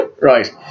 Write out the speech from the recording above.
Right